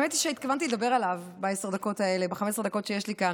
האמת היא שהתכוונתי לדבר עליו ב-15 הדקות שיש לי כאן.